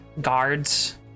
guards